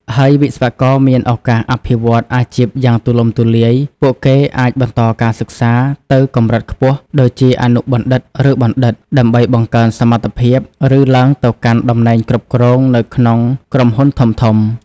ហើយវិស្វករមាន ឱកាសអភិវឌ្ឍន៍អាជីពយ៉ាងទូលំទូលាយ ពួកគេអាចបន្តការសិក្សាទៅកម្រិតខ្ពស់ ដូចជាអនុបណ្ឌិត ឬបណ្ឌិត ដើម្បីបង្កើនសមត្ថភាព ឬឡើងទៅកាន់តំណែងគ្រប់គ្រងនៅក្នុងក្រុមហ៊ុនធំៗ។